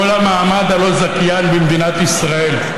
כל המעמד הלא-זכיין במדינת ישראל.